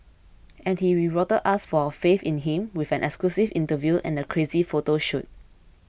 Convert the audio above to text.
and he rewarded us for our faith in him with an exclusive interview and a crazy photo shoot